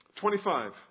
25